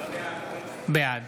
בעד